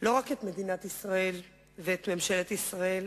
לא רק את מדינת ישראל ואת ממשלת ישראל,